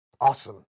awesome